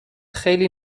خیلی